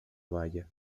baya